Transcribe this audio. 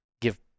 Give